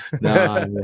No